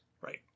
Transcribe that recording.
right